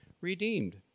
redeemed